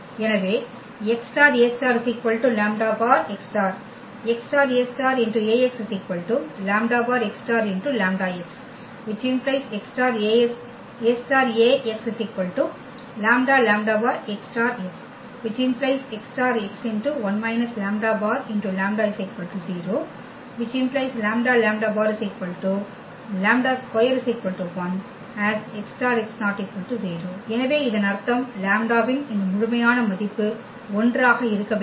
எனவே x∗A∗ λ̅ x∗ x∗A∗ λ̅x∗λx ⇒ x∗A∗Ax λ λ̅x∗x ⇒ x∗x 1 λ̅λ 0 ⇒ λ̅λ |λ|2 1 as x∗x ≠ 0 எனவே இதன் அர்த்தம் λ இன் இந்த முழுமையான மதிப்பு 1 ஆக இருக்க வேண்டும்